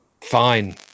Fine